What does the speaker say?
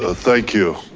ah thank you.